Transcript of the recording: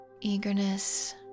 eagerness